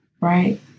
right